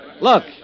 Look